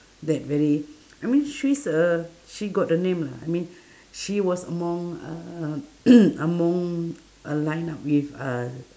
that very I mean she's a she got the name lah I mean she was among uh among a line up with uh